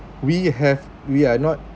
we have we are not